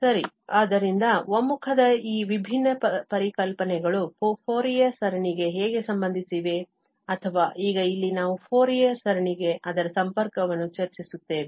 ಸರಿ ಆದ್ದರಿಂದ ಒಮ್ಮುಖದ ಈ ವಿಭಿನ್ನ ಪರಿಕಲ್ಪನೆಗಳು ಫೋರಿಯರ್ ಸರಣಿಗೆ ಹೇಗೆ ಸಂಬಂಧಿಸಿವೆ ಅಥವಾ ಈಗ ಇಲ್ಲಿ ನಾವು ಫೋರಿಯರ್ ಸರಣಿಗೆ ಅದರ ಸಂಪರ್ಕವನ್ನು ಚರ್ಚಿಸುತ್ತೇವೆ